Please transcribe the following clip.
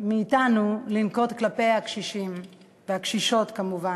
מאתנו לנקוט כלפי הקשישים, והקשישות כמובן.